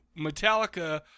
Metallica